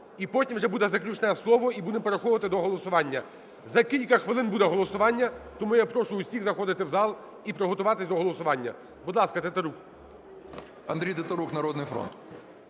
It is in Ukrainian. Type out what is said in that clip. і потім вже буде заключне слово і будемо переходити до голосування. За кілька хвилин буде голосування, тому я прошу всіх заходити в зал і приготуватись до голосування. Будь ласка, Тетерук. 10:29:51 ТЕТЕРУК А.А. Андрій Тетерук, "Народний фронт".